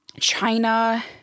China